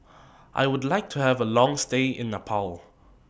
I Would like to Have A Long stay in Nepal